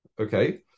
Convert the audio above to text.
Okay